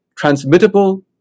transmittable